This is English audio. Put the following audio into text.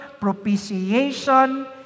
propitiation